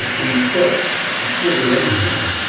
we put the trigger in here,